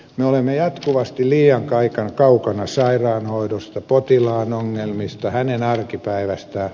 me olemme jatkuvasti liian kaukana sairaanhoidosta potilaan ongelmista hänen arkipäivästään